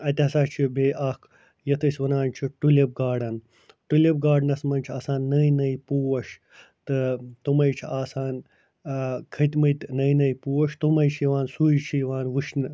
اَتہِ ہَسا چھُ بیٚیہِ اکھ یَتھ أسۍ وَنان چھِ ٹُلِپ گارڈٕن ٹُلِپ گارڈٕنس منٛز چھِ آسان نٔے نٔے پوش تہٕ تِمے چھِ آسان کھٔتۍمٕتۍ نٔے نٔے پوش تِمے چھِ یِوان سُے چھُ یِوان وُچھنہٕ